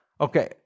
Okay